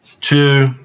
two